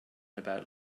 about